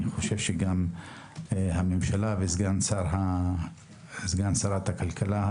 סגן שרת הכלכלה,